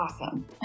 Awesome